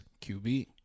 qb